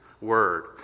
word